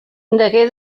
degué